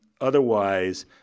Otherwise